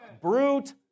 Brute